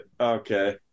Okay